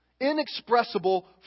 inexpressible